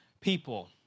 people